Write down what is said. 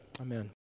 Amen